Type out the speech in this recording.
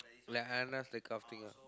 like that kind of thing lah